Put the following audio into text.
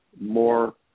more